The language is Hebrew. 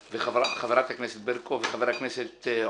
חברת הכנסת ברקו וחבר הכנסת עודד.